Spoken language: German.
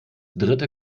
dritte